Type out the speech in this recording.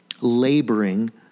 laboring